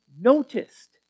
noticed